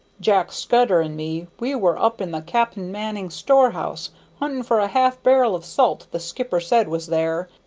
jack scudder and me, we were up in the cap'n manning storehouse hunting for a half-bar'l of salt the skipper said was there.